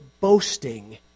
boasting